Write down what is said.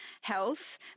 health